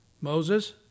Moses